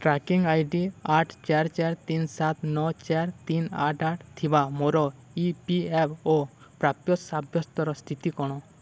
tracking I D ଆଠ ଚାରି ଚାରି ତିନି ସାତ ନଅ ଚାରି ତିନି ଆଠ ଆଠ ଥିବା ମୋର ଇ ପି ଏଫ୍ ଓ ପ୍ରାପ୍ୟ ସାବ୍ୟସ୍ତର ସ୍ଥିତି କ'ଣ